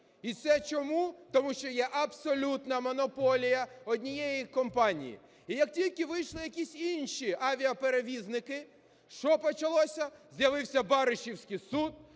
І це чому? Тому що є абсолютна монополія однієї компанії. І як тільки вийшли якісь інші авіаперевізники, що почалося? З'явився Баришівський суд.